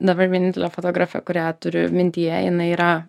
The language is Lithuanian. dabar vienintelė fotografė kurią turiu mintyje jinai yra